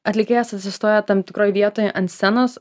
atlikėjas egzistuoja tam tikroj vietoj ant scenos